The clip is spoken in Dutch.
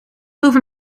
over